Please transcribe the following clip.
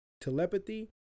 telepathy